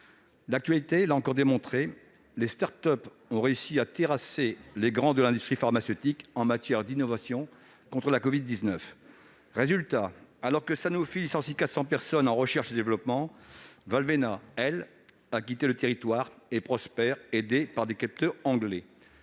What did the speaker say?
L'actualité l'a encore montré, les start-up ont réussi à terrasser les géants de l'industrie pharmaceutique en matière d'innovation contre la covid-19 : alors que Sanofi licencie 400 personnes en recherche et développement, Valvena a quitté le territoire et prospère, aidée par des capitaux anglais.